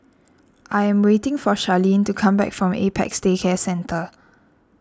I am waiting for Charline to come back from Apex Day Care Centre